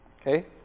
Okay